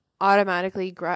automatically